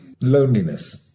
loneliness